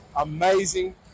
amazing